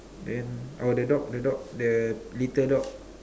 then oh the dog the dog the little dog